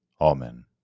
Amen